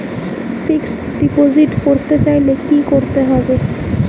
Fixed deposit করতে চাইলে কি করতে হবে?